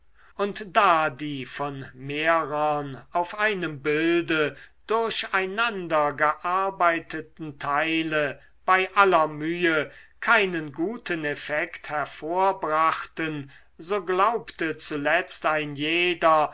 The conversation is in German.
und da die von mehrern auf einem bilde durch einander gearbeiteten teile bei aller mühe keinen guten effekt hervorbrachten so glaubte zuletzt ein jeder